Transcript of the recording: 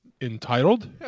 entitled